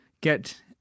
get